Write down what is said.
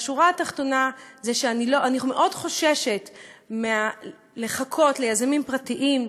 השורה התחתונה היא שאני מאוד חוששת לחכות ליזמים פרטיים,